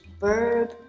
verb